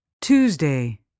Tuesday